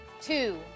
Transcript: two